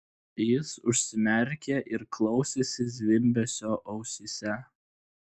jis užsimerkė ir klausėsi zvimbesio ausyse